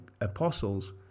apostles